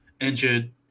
injured